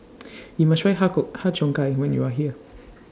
YOU must Try Har Har Cheong Gai when YOU Are here